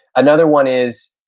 another one is,